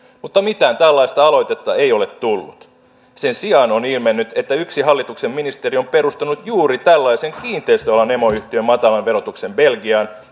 mutta mitään tällaista aloitetta ei ole tullut sen sijaan on ilmennyt että yksi hallituksen ministeri on perustanut juuri tällaisen kiinteistöalan emoyhtiön matalan verotuksen belgiaan